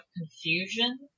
confusion